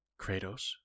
Kratos